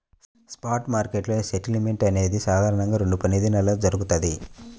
spot మార్కెట్లో settlement అనేది సాధారణంగా రెండు పనిదినాల్లో జరుగుతది,